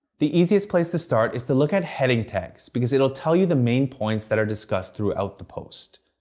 the easiest place to start is to look at heading tags because it'll tell you the main points that are discussed throughout the post.